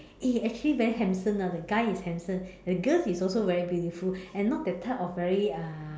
eh actually very handsome ah the guys is handsome the girls is also very beautiful and not that type of very uh